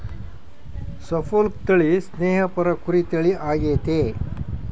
Suffolk ತಳಿ ಸ್ನೇಹಪರ ಕುರಿ ತಳಿ ಆಗೆತೆ